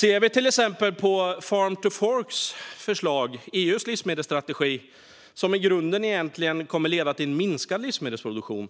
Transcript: Förslagen i Farm to Fork, EU:s livsmedelsstrategi, kommer i grunden att leda till en minskad livsmedelsproduktion.